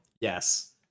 yes